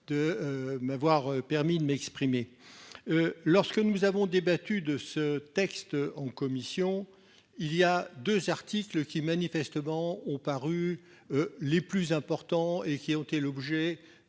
de. M'avoir permis de m'exprimer. Lorsque nous avons débattu de ce texte en commission il y a 2 articles qui manifestement ont paru. Les plus importants et qui ont été l'objet